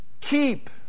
Keep